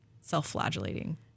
self-flagellating